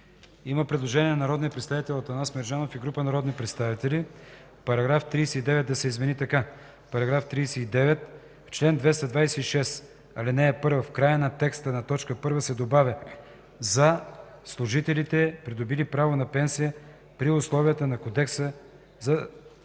Има предложение на народния представител Атанас Мерджанов и група народни представители -§ 39 да се измени така: „§ 39. В чл. 226, в ал. 1 в края на текста на т. 1 се добавя „за служителите, придобили право на пенсия при условията на Кодекса за